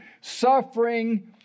suffering